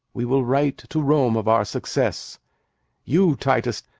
we will write to rome of our success you, titus